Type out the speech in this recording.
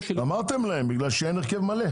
אמרתם להם, בגלל שאין הרכב מלא.